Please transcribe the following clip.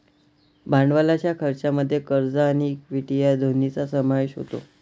भांडवलाच्या खर्चामध्ये कर्ज आणि इक्विटी या दोन्हींचा समावेश होतो